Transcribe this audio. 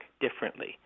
differently